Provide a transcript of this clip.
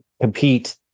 compete